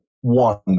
One